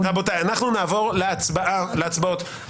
אתם באופוזיציה,